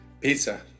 Pizza